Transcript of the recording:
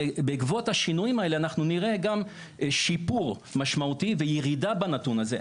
בעקבות השינויים האלה אנחנו נראה גם שיפור משמעותי בירידה בנתון הזה.